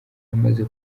amaze